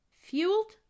Fueled